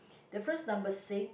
difference number six